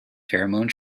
pheromone